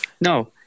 no